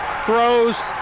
throws